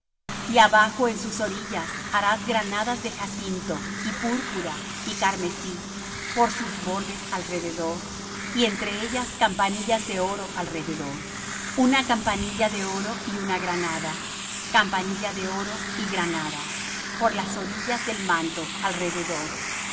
y abajo en sus orillas harás granadas de jacinto y púrpura y carmesí por sus bordes alrededor y entre ellas campanillas de oro alrededor una campanilla de oro y una granada campanilla de oro y granada por las orillas del manto alrededor